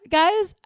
guys